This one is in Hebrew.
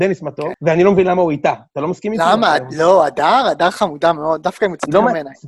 דניס מתוק, ואני לא מבין למה הוא איתה. אתה לא מסכים איתי? למה? לא, הדר, הדר חמודה מאוד. דווקא היא מוצאת חן בעיניי.